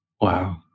Wow